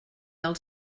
els